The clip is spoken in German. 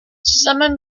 zusammen